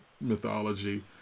mythology